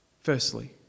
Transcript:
firstly